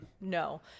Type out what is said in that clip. No